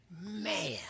man